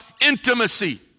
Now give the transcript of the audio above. intimacy